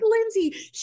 Lindsay